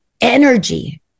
energy